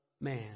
Man